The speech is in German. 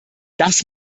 das